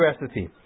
recipe